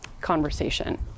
conversation